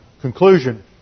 Conclusion